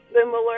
similar